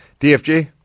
DFG